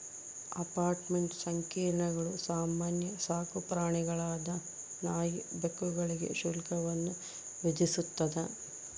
apartment ಸಂಕೀರ್ಣಗಳು ಸಾಮಾನ್ಯ ಸಾಕುಪ್ರಾಣಿಗಳಾದ ನಾಯಿ ಬೆಕ್ಕುಗಳಿಗೆ ಶುಲ್ಕವನ್ನು ವಿಧಿಸ್ತದ